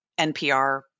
NPR